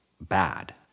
bad